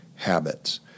habits